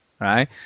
Right